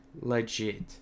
legit